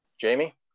Jamie